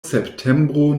septembro